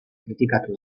kritikatu